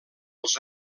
els